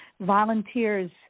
volunteers